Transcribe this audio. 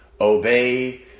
obey